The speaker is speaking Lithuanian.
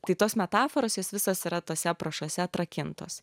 tai tos metaforos jos visos yra tuose aprašuose atrakintos